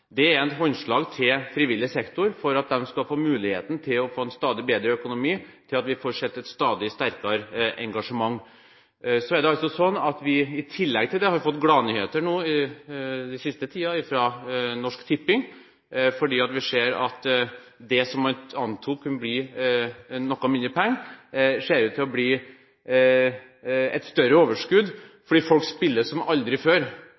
Det er et håndslag til frivillig sektor, for at de skal få muligheten til få en stadig bedre økonomi, slik at vi får sett et stadig sterkere engasjement. Så har vi i tillegg fått gladnyheter den siste tiden fra Norsk Tipping. Vi ser at det som man antok kunne bli noe mindre penger, ser ut til å bli et større overskudd, fordi folk spiller som aldri før